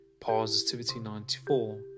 Positivity94